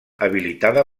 habilitada